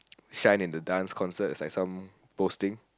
shine in the dance concert is like some posting